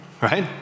right